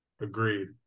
Agreed